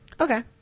Okay